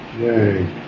Yay